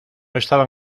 estaban